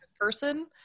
person